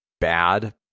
bad